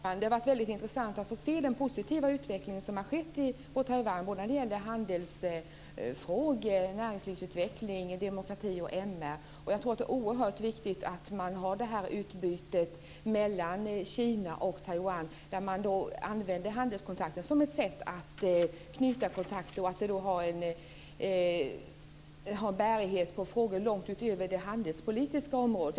Fru talman! Det var väldigt intressant att få se den positiva utveckling som har skett i Taiwan när det gäller handelsfrågor, näringslivsutveckling, demokrati och MR. Jag tror att det är oerhört viktigt att man har det här utbytet mellan Kina och Taiwan där man använder handelskontakter som ett sätt att knyta kontakt. Det här har då en bärighet på frågor långt utöver det handelspolitiska området.